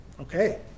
Okay